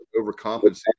overcompensating